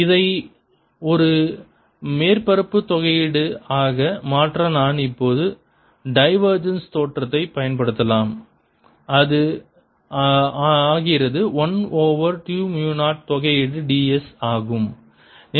இதை ஒரு மேற்பரப்பு தொகையீடு ஆக மாற்ற நான் இப்போது டைவர்ஜென்ஸ் தேற்றத்தைப் பயன்படுத்தலாம் இது ஆகிறது 1 ஓவர் 2 மு 0 தொகையீடு ds ஆகும்